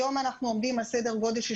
היום אנחנו עומדים על סדר גודל של